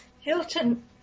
Hilton